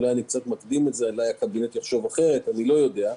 ואולי אני קצת מקדים את זה והקבינט יחשוב אחרת אני לא יודע.